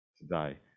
today